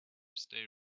stay